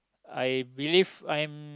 I believe I'm